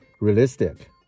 realistic